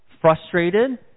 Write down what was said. frustrated